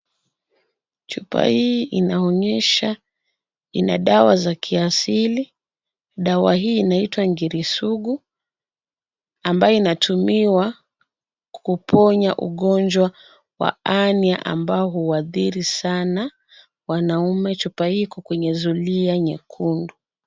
Chupa hii inaonyesha inadawa za kiasili, dawa hii inaitwa ingirisugu, ambayo inatumiwa kukuponya ugonjwa wa Ania ambao huathiri sana wanaume, chupa hiko kwenye zulia nyekundu.